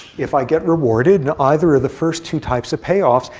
if i get rewarded in either of the first two types of payoffs,